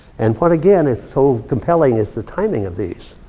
and what again is so compelling is the timing of these.